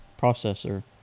processor